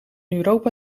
europa